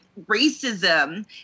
racism